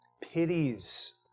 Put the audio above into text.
pities